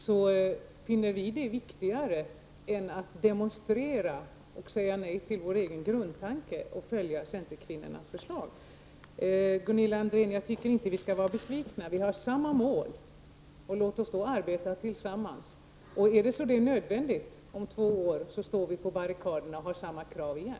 Vi finner det viktigare än att demonstrera och säga nej till vår egen grundtanke och följa centerkvinnornas förslag. Gunilla André, jag tycker inte att vi skall vara besvikna. Vi har samma mål, och låt oss då arbeta tillsammans. Är det nödvändigt om två år, står vi på barrikaderna och har samma krav igen.